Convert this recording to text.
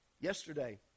Yesterday